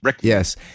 Yes